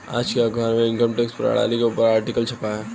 आज के अखबार में इनकम टैक्स प्रणाली के ऊपर आर्टिकल छपा है